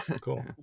Cool